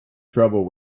trouble